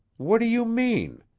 what do you mean?